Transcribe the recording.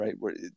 right